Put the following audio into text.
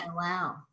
wow